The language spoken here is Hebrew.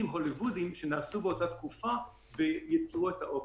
הוליוודיים שנעשו באותה תקופה ויצרו את האופק.